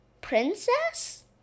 Princess